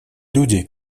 люди